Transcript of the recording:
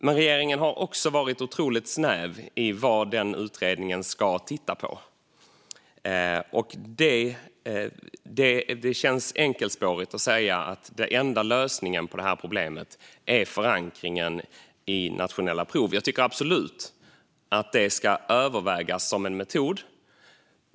Men regeringen har också varit otroligt snäv i vad den utredningen ska titta på. Det känns enkelspårigt att säga att den enda lösningen på problemet är förankringen i nationella prov. Det ska absolut övervägas som en metod.